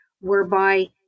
whereby